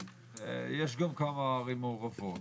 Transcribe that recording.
יש גם כמה ערים מעורבות.